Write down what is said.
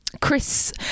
Chris